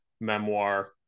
memoir